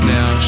Now